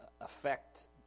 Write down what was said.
affect